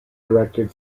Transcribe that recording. directed